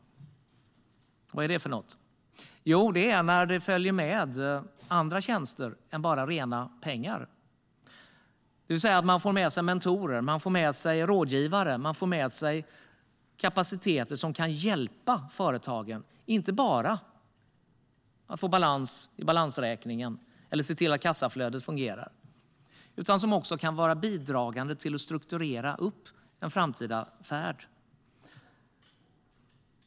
Vad är då det? Jo, det är när det följer med andra tjänster än bara rena pengar, alltså att man får med sig mentorer, rådgivare och kapacitet som kan hjälpa företagen. Det handlar inte bara om att få balans i balansräkningen eller se till att kassaflödet fungerar utan även om att vara bidragande till att strukturera en framtida affär.